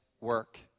work